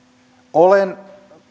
olen